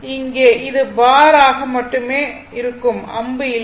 இங்கே அது பார் ஆக மட்டுமே இருக்கும் அம்பு இல்லை